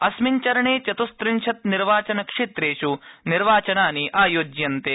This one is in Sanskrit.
अस्मिन् चरणे चतुखिंशत् निर्वाचनक्षेत्रेष् निर्वाचनानि आयोज्यन्ते